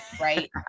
right